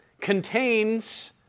contains